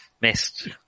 Missed